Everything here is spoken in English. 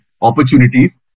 opportunities